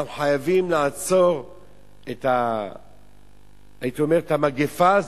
אנחנו חייבים לעצור את המגפה הזאת,